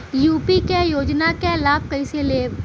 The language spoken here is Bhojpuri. यू.पी क योजना क लाभ कइसे लेब?